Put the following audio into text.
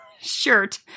shirt